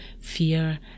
fear